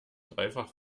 dreifach